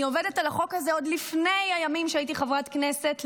אני עובדת על החוק הזה עוד לפני הימים שהייתי חברת כנסת,